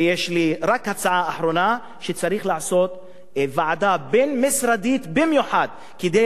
ויש לי רק הצעה אחרונה: צריך לעשות ועדה בין-משרדית במיוחד כדי